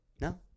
No